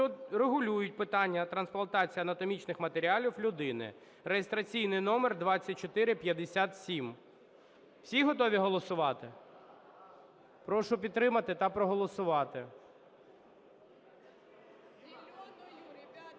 регулюють питання трансплантації анатомічних матеріалів людині (реєстраційний номер 2457). Всі готові голосувати? Прошу підтримати та проголосувати.